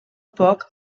poc